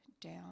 down